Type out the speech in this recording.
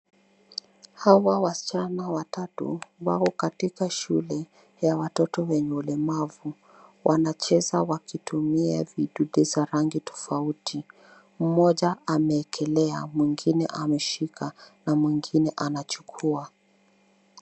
Hawa wasichana watatu wako katika shule ya watoto wenye ulemavu. Wanacheza wakitumia vidude za rangi tofauti. Mmoja ameekelea, mwingine ameshika na mwingine anachukua.